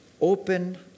open